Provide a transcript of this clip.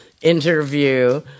interview